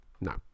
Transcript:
no